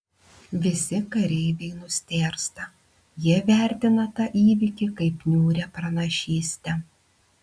visi kareiviai nustėrsta jie vertina tą įvykį kaip niūrią pranašystę